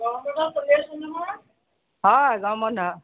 গৰম বন্ধ চলি আছে নহয় হয় গৰম বন্ধ